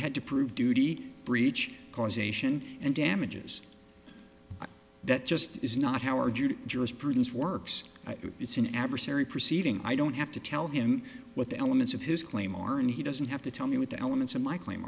had to prove duty breach causation and damages that just is not our jurisprudence works it's an adversary proceeding i don't have to tell him what the elements of his claim are and he doesn't have to tell me what the elements of my claim